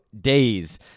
days